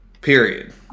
period